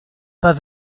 pas